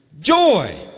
Joy